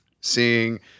seeing